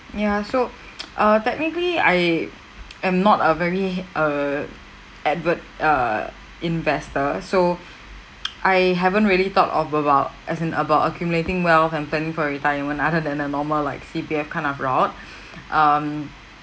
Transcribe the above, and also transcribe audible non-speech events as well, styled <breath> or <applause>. ya so <noise> uh technically I <noise> am not a very err avid err investor so <breath> <noise> I haven't really thought of about as in about accumulating wealth and planning for retirement other than a normal like C_P_F kind of route <breath> um